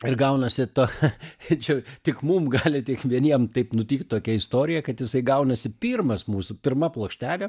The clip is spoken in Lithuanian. ir gaunasi ta che che čia tik mum gali tik vieniem taip nutikt tokia istorija kad jisai gaunasi pirmas mūsų pirma plokštelė